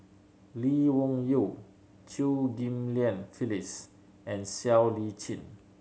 Lee Wung Yew Chew Ghim Lian Phyllis and Siow Lee Chin